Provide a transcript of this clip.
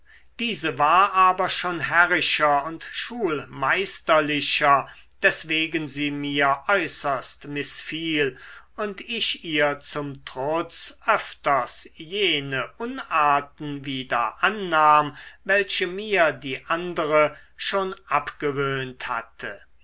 diese war aber schon herrischer und schulmeisterlicher deswegen sie mir äußerst mißfiel und ich ihr zum trutz öfters jene unarten wieder annahm welche mir die andere schon abgewöhnt hatte